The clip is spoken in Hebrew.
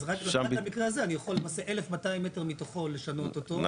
אז רק למקרה הזה אני יכול 1,200 מטר מתוכו לשנות אותו,